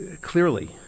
Clearly